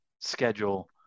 schedule